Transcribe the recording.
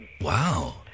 Wow